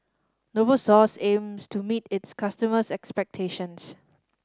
Novosource aims to meet its customers' expectations